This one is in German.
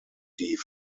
die